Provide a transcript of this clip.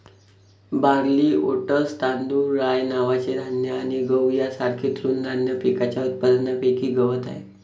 barley, oats, तांदूळ, राय नावाचे धान्य आणि गहू यांसारख्या तृणधान्य पिकांच्या उत्पादनापैकी गवत आहे